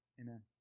amen